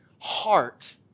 heart